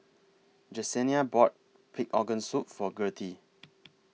Jesenia bought Pig Organ Soup For Gertie